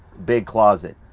big closet.